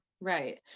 Right